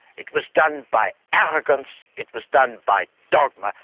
it was done by arrogance. it was done by dogma.